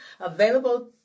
available